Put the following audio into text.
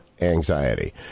anxiety